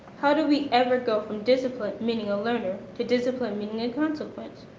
how do we ever go from discipline, meaning a learner to discipline meaning a consequence?